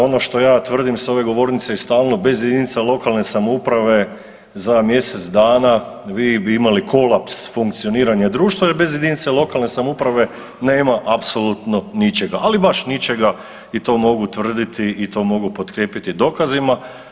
Ono što ja tvrdim s ove govornice i stalno, bez jedinica lokalne samouprave za mjesec dana vi bi imali kolaps funkcioniranja društva jer bez jedinice lokalne samouprave nema apsolutno ničega, ali baš ničega i to mogu tvrditi i to mogu potkrijepiti dokazima.